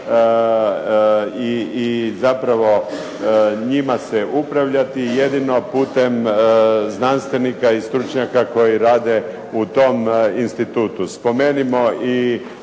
i zapravo i njima se upravljati jedino putem znanstvenika i stručnjaka koji rade u tom institutu. Spomenimo i